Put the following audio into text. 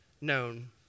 known